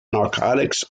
narcotics